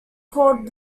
called